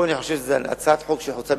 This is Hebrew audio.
ופה אני חושב שזו הצעת חוק שחוצה מפלגות.